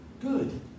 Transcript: good